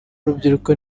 w’urubyiruko